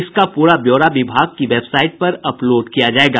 इसका पूरा ब्योरा विभाग की वेबसाईट पर अपलोड किया जायेगा